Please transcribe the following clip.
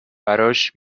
براش